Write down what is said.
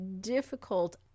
difficult